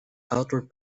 outward